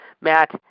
Matt